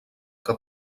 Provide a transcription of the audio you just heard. que